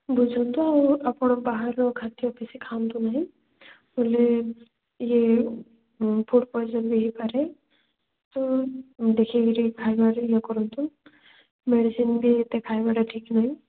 ବୁଝନ୍ତୁ ଆଉ ଆପଣ ବାହାରର ଖାଦ୍ୟ ବେଶୀ ଖାଆନ୍ତୁ ନାହିଁ ବୋଲି ଇଏ ଫୁଡ଼୍ ପଏଜନ୍ ହେଇପାରେ ତ ଦେଖିକିରି ଖାଇବାରେ ଇଏ କରନ୍ତୁ ମେଡ଼ିସିନ୍ ବି ଏତେ ଖାଇବାଟା ଠିକ୍ ନୁହେଁ